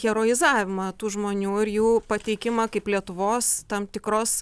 herojizavimą tų žmonių ir jų pateikimą kaip lietuvos tam tikros